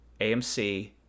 AMC